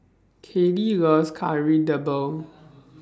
Kallie loves Kari Debal